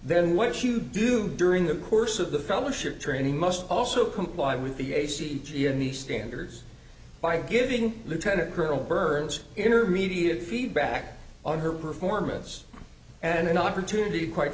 then which you do during the course of the fellowship training must also comply with the a c g and the standards by giving lieutenant colonel burns intermediate feedback on her performance and an opportunity quite